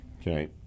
okay